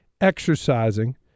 exercising